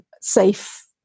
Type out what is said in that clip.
safe